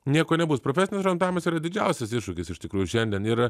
nieko nebus profesinis orientavimas yra didžiausias iššūkis iš tikrųjų šiandien ir